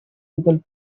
typical